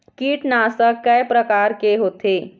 कीटनाशक कय प्रकार के होथे?